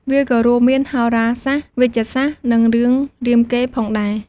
វាក៏រួមមានហោរាសាស្ត្រ វេជ្ជសាស្ត្រ និងរឿងរាមកេរ្តិ៍ផងដែរ។